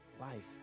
Life